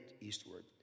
eastward